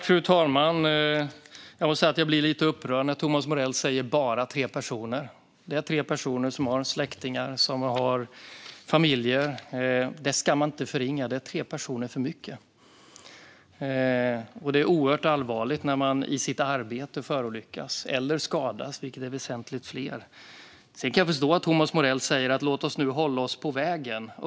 Fru talman! Jag måste säga att jag blir lite upprörd när Thomas Morell säger "bara tre personer". Det är tre personer som har släktingar och familjer. Det ska man inte förringa. Det är tre personer för mycket. Det är oerhört allvarligt när man i sitt arbete förolyckas eller skadas, vilket gäller väsentligt fler. Sedan kan jag förstå att Thomas Morell säger: Låt oss nu hålla oss på vägen.